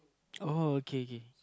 uh okay K